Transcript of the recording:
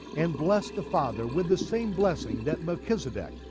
and blessed the father with the same blessing that melchizedek,